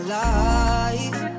life